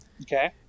Okay